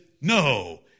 no